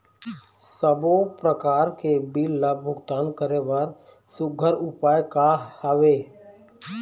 सबों प्रकार के बिल ला भुगतान करे बर सुघ्घर उपाय का हा वे?